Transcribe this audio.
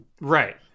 Right